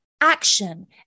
action